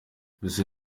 mbese